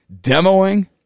demoing